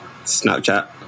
Snapchat